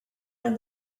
when